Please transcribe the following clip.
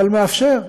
אבל מאפשר,